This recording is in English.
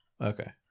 Okay